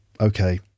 Okay